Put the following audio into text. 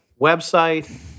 website